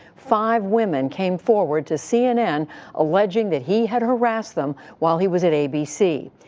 five women came forward to cnn alleging that he had harassed them while he was at abc.